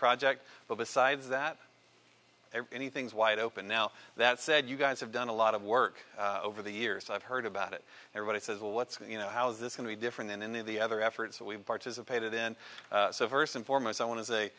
project but besides that everything's wide open now that said you guys have done a lot of work over the years i've heard about it everybody says well what's you know how is this going to be different than any of the other efforts that we've participated in so first and foremost i want to say